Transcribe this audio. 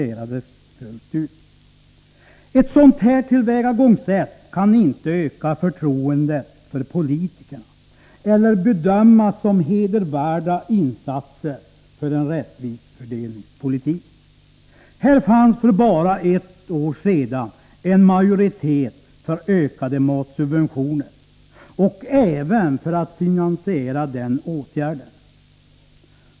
Ett sådant här tillvägagångssätt kan inte öka förtroendet för politikerna eller bedömas som hedervärda insatser för en rättvis fördelningspolitik. Här fanns för bara ett år sedan en majoritet för ökade matsubventioner och även för att finansiera den åtgärden.